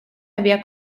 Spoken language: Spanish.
había